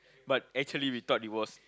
but actually we thought it was